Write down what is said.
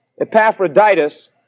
Epaphroditus